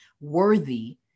worthy